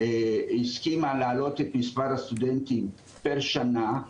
הסכימה להעלות את מספר הסטודנטים פר שנה,